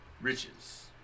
riches